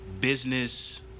Business